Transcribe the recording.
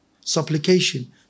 supplication